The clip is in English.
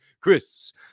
Chris